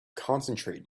concentrate